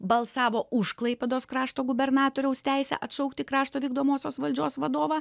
balsavo už klaipėdos krašto gubernatoriaus teisę atšaukti krašto vykdomosios valdžios vadovą